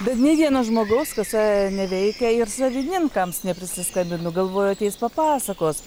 bet nė vieno žmogaus kasa neveikia ir savininkams neprisiskambinu galvoju ateis papasakos